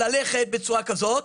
ללכת בצורה כזאת.